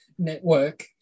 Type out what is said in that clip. network